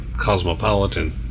cosmopolitan